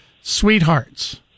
sweethearts